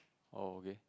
oh okay